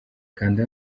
kanda